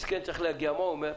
מסכן, מה הוא אומר?